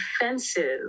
offensive